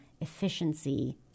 efficiency